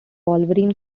wolverine